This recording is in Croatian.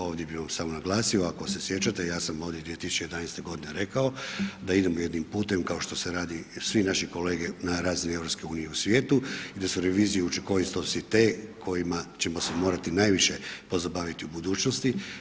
Ovdje bih vam samo naglasio, ako se sjećate, ja sam ovdje 2011. godine rekao da idemo jednim putem kao što se radi, svi naši kolege na razini EU u svijetu i da su revizije učinkovitosti te kojima ćemo se morati najviše pozabaviti u budućnosti.